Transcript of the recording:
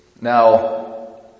Now